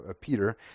Peter